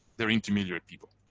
they're intermediate people.